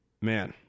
man